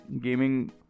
gaming